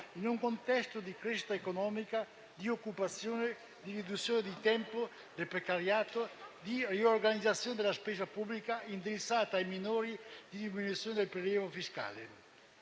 in un contesto di crescita economica, di occupazione, di riduzione del tempo di precariato, di riorganizzazione della spesa pubblica indirizzata ai minori e di diminuzione del prelievo fiscale.